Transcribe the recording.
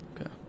Okay